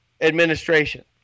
administration